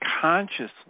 consciously